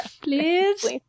please